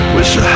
Wish